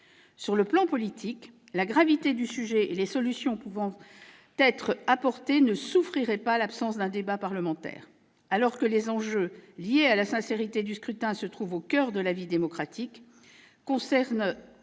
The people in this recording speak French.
Sur le plan politique, la gravité du sujet et les solutions pouvant être apportées ne souffriraient pas l'absence d'un débat parlementaire. Alors que les enjeux liés à la sincérité du scrutin se trouvent au coeur de la vie démocratique, concernent